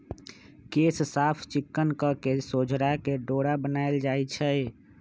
केश साफ़ चिक्कन कके सोझरा के डोरा बनाएल जाइ छइ